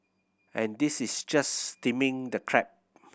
and this is just steaming the crab